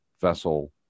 vessel